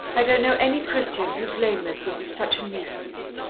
i don't know any christian whose lameness would be such a nuisance.